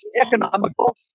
economical